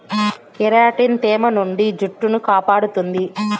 keratin తేమ నుండి జుట్టును కాపాడుతుంది